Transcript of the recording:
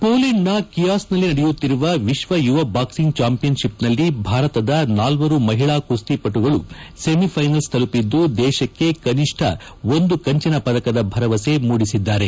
ಪೋಲೆಂಡ್ನ ಕಿಯಾಸ್ನಲ್ಲಿ ನಡೆಯುತ್ತಿರುವ ವಿಶ್ವ ಯುವ ಬಾಕ್ಸಿಂಗ್ ಜಾಂಪಿಯನ್ಷಿಪ್ನಲ್ಲಿ ಭಾರತದ ನಾಲ್ವರು ಮಹಿಳಾ ಕುಸ್ತಿಪಟುಗಳು ಸೆಮಿಫೈನಲ್ಸ್ ತಲುಪಿದ್ದು ದೇಶಕ್ಕೆ ಕನಿಷ್ಟ ಒಂದು ಕಂಚಿನ ಪದಕದ ಭರವಸೆ ಮೂಡಿಸಿದ್ದಾರೆ